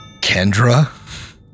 Kendra